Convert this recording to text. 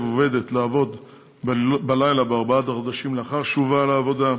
עובדת לעבוד בלילה בארבעת החודשים לאחר שובה לעבודה,